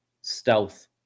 stealth